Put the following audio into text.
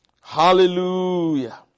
Hallelujah